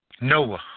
Noah